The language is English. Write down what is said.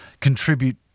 contribute